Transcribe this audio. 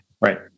Right